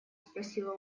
спросила